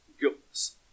guiltless